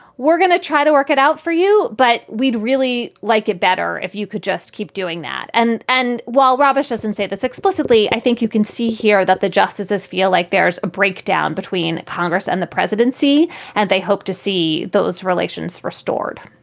we're gonna try to work it out for you. but we'd really like it better if you could just keep doing that. and and while robin doesn't say this explicitly, i think you can see here that the justices feel like there's a breakdown between congress and the presidency and they hope to see those relations restored